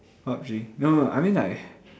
PUB-G no no I mean like